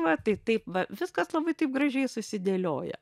va taip taip va viskas labai taip gražiai susidėlioja